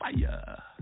Fire